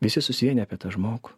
visi susivienija apie tą žmogų